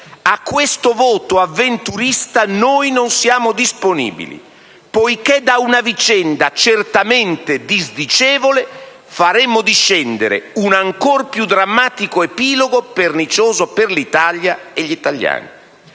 A questo voto avventuristico noi non siamo disponibili, poiché da una vicenda certamente disdicevole faremmo discendere un ancor più drammatico epilogo, pernicioso per l'Italia e gli italiani.